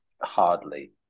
hardly